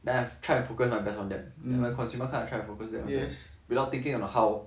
then I've tried I forgot my best on the 明白 consumer kind of try to focus their peers without thinking on the how